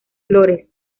flores